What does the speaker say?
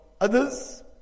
others